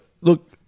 look